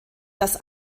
das